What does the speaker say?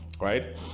right